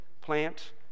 plant